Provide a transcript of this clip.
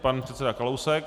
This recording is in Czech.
Pan předseda Kalousek.